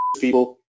people